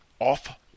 off